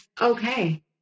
okay